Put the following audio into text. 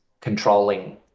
controlling